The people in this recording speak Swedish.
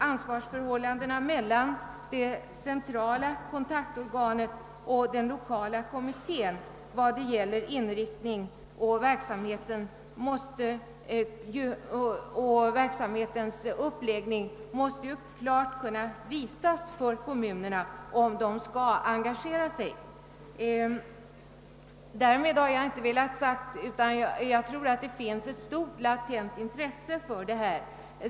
Ansvarsförhållandena mellan det centrala kontaktorganet och den 1okala kommittén vad gäller inriktningen och verksamhetens uppläggning måste ju klart kunna påvisas för kommunerna, om de skall engagera sig. Därmed har jag inte velat säga annat än att jag tror att det finns ett stort latent intresse för verksamheten.